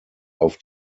auf